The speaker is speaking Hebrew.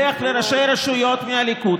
לך לראשי הרשויות מהליכוד,